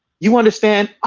you understand,